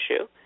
issue